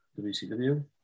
WCW